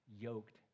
yoked